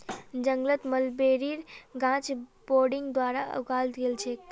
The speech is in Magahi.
जंगलत मलबेरीर गाछ बडिंग द्वारा उगाल गेल छेक